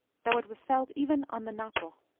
though it was felt even on the napo.